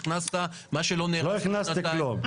הכנסת --- לא הכנסתי כלום.